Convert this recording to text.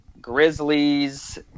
Grizzlies